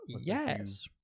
yes